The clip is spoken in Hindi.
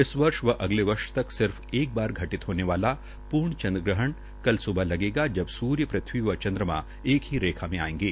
इस वर्ष व अगले वर्ष तक सिर्फ एक बार घटित होने वाला पूर्ण चंद्रग्रहण कल स्बह लगेगा जब सूर्य पृथ्वी व चन्द्रमां एक ही रेखा में आयेंगे